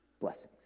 blessings